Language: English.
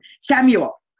Samuel